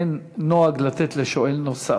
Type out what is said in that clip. אין נוהג לתת לשואל נוסף.